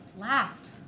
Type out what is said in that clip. laughed